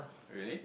really